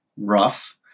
rough